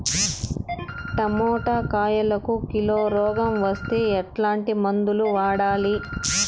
Tomato కాయలకు కిలో రోగం వస్తే ఎట్లాంటి మందులు వాడాలి?